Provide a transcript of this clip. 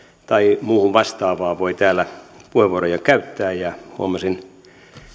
tai muuhun vastaavaan voi täällä puheenvuoroja käyttää ja huomasin